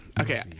Okay